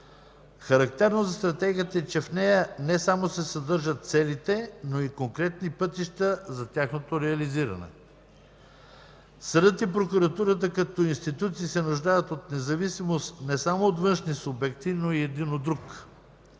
Характерно за стратегията е, че в нея не само се съдържат целите, но и конкретни пътища за тяхното реализиране. Съдът и прокуратурата, като институции, се нуждаят от независимост не само от външни субекти, но и един от друг.